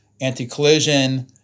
anti-collision